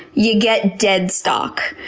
you get deadstock,